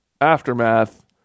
Aftermath